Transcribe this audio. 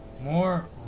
More